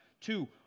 Two